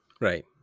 Right